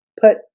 put